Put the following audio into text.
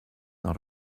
not